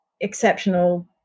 exceptional